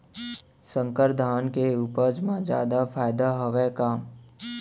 संकर धान के उपज मा जादा फायदा हवय का?